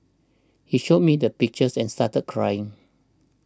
he showed me the pictures and started crying